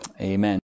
Amen